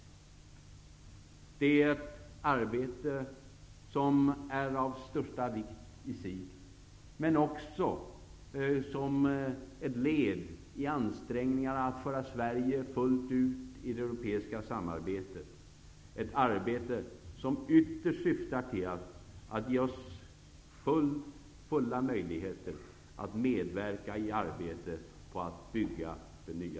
Det är ett arbete som i sig är av största vikt. Men det är också ett led i ansträngningarna att fullt ut föra Sverige in i det europeiska samarbetet -- ett arbete som ytterst syftar till att ge oss möjligheter att fullt ut medverka i arbetet på att bygga det nya